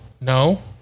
No